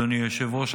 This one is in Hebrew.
אדוני היושב-ראש,